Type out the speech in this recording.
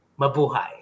mabuhay